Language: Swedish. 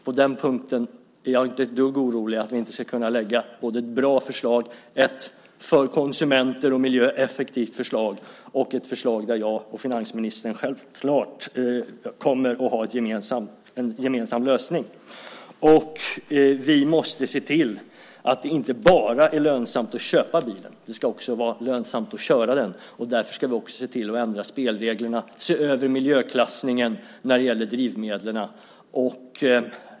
På den punkten är jag inte ett dugg orolig över att vi inte ska kunna lägga fram ett bra förslag, ett för konsumenter och miljö effektivt förslag, ett förslag där jag och finansministern självklart kommer att ha en gemensam lösning. Vi måste se till att det inte bara är lönsamt att köpa bilen. Det ska också vara lönsamt att köra den. Därför ska vi också se till att ändra spelreglerna och se över miljöklassningen när det gäller drivmedlen.